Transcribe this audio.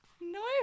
No